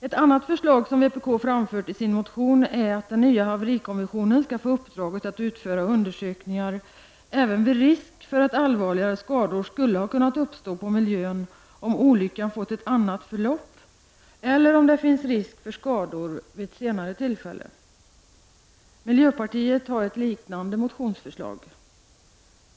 Ett annat förslag som vpk har framfört i sin motion är att den nya haverikommissionen skall få uppdraget att utföra undersökningar även vid risk för att allvarligare skador skulle ha kunnat uppstå på miljön om olyckan fått ett annat förlopp eller om det finns risk för skador vid ett senare tillfälle. Miljöpartiet har ett liknande motionsförslag.